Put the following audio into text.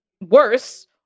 worse